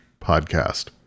podcast